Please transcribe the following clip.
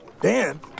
Dan